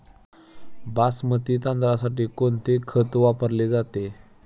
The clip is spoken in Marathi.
बासमती तांदळासाठी कोणते खत वापरले जाते?